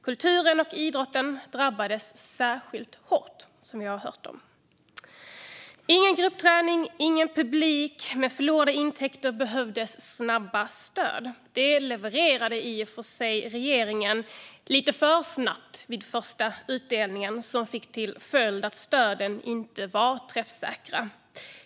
Kulturen och idrotten drabbades särskilt hårt, vilket vi hört om. Det blev ingen gruppträning och ingen publik. Med förlorade intäkter behövdes snabba stöd. Sådana levererade i och för sig regeringen, men det gick lite för snabbt vid den första utdelningen, vilket fick till följd att stöden inte var träffsäkra.